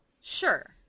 sure